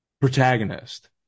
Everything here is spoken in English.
protagonist